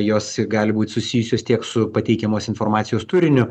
jos gali būt susijusios tiek su pateikiamos informacijos turiniu